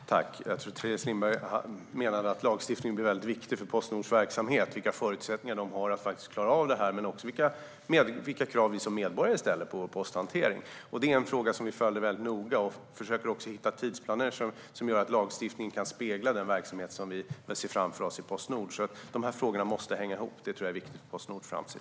Herr talman! Jag tror att Teres Lindberg menade att lagstiftningen blir väldigt viktig för Postnords verksamhet - vilka förutsättningar de har att faktiskt klara av detta men också vilka krav vi som medborgare ställer på posthantering. Det är en fråga vi följer väldigt noga, och vi försöker hitta tidsplaner som gör att lagstiftningen kan spegla den verksamhet vi ser framför oss i Postnord. De här frågorna måste alltså hänga ihop. Det tror jag är viktigt för Postnords framtid.